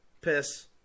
piss